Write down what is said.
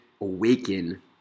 awaken